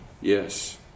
Yes